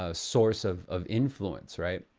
ah source of of influence, right?